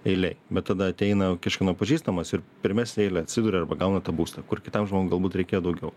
eilėj bet tada ateina kažkieno pažįstamas ir pirmesne eile atsiduria arba gauna tą būstą kur kitam žmogui galbūt reikėjo daugiau